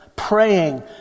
praying